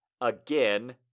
Again